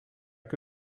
que